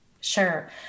Sure